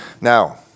Now